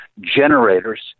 generators